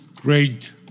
great